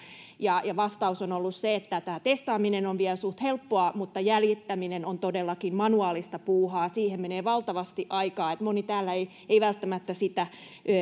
ja ja vastaus on ollut se että testaaminen on vielä suht helppoa mutta jäljittäminen on todellakin manuaalista puuhaa siihen menee valtavasti aikaa moni täällä ei ei välttämättä sitä